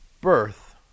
birth